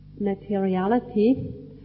materiality